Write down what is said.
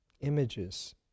Images